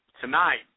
tonight